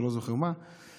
אני לא זוכר איפה,